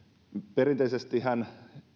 perinteisestihän